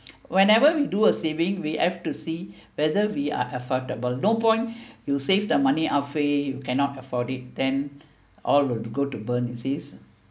whenever we do a saving we have to see whether we are affordable no point you'll save the money halfway you cannot afford it then all go to burn you see